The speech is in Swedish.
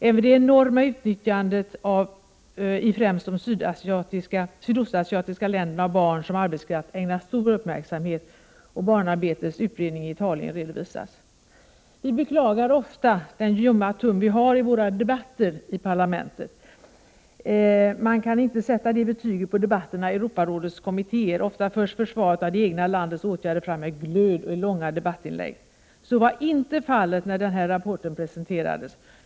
Även det enorma utnyttjandet i främst de sydostasiatiska länderna av barn som arbetskraft ägnas stor uppmärksamhet, och barnarbetets utbredning i Italien redovisas. Vi beklagar ofta den ljumma ton vi har i våra debatter i parlamentet. Man kan inte sätta det betyget på debatterna i Europarådets kommittéer. Ofta 109 förs försvaret av det egna landets åtgärder fram med glöd och i långa debattinlägg. Så var inte fallet när denna rapport presenterades.